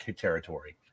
territory